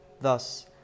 Thus